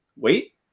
Wait